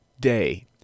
day